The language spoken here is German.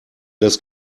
das